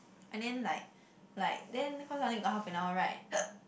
and then like like then cause I only got half an hour right